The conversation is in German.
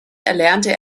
erlernte